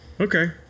okay